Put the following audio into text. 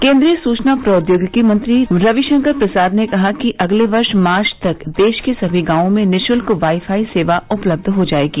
केन्द्रीय सुचना प्रौद्योगिकी मंत्री रविशंकर प्रसाद ने कहा अगले वर्ष मार्च तक देश के सभी गांवों में निःशल्क वाईफाई सेवा उपलब्ध हो जायेगी